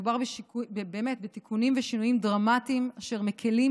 מדובר באמת בתיקונים ושינויים דרמטיים אשר מקילים